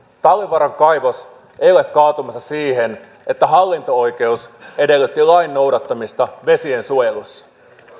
talvivaaran kaivos ei ole kaatumassa siihen että hallinto oikeus edellytti lain noudattamista vesiensuojelussa